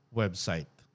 website